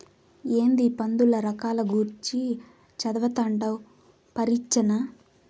ఏందీ పందుల రకాల గూర్చి చదవతండావ్ పరీచ్చనా